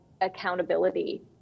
accountability